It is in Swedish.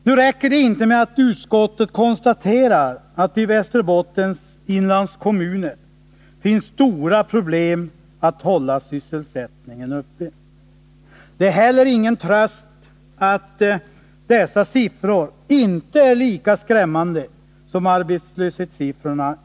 Nu räcker det inte med att utskottet konstaterar att det i Västerbottens inlandskommuner finns stora problem när det gäller att hålla sysselsättningen uppe. Det är heller ingen tröst att arbetslöshetssiffrorna där inte är lika skrämmande som i Norrbottens län.